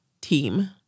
team